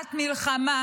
בשעת מלחמה,